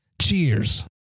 Cheers